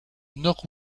nord